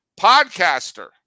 podcaster